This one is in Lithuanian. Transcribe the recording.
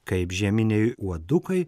kaip žieminiai uodukai